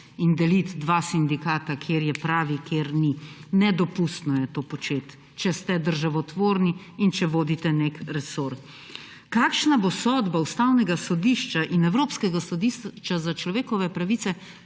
in deliti dva sindikata, kateri je pravi in kateri ni. Nedopustno je to početi, če ste državotvorni in če vodite nek resor. Kakšna bo sodba Ustavnega sodišča in Evropskega sodišča za človekove pravice,